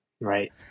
right